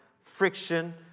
friction